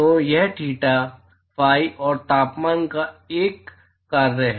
तो यह theta phi और तापमान का एक कार्य है